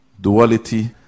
duality